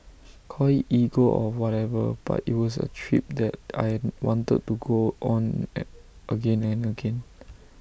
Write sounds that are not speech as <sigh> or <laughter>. call IT ego or whatever but IT was A trip that I wanted to go on <hesitation> again and again